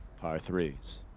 par threes.